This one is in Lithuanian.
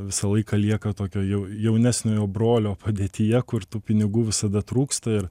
visą laiką lieka tokio jau jaunesniojo brolio padėtyje kur tų pinigų visada trūksta ir